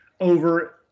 over